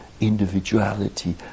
individuality